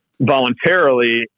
voluntarily